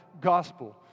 gospel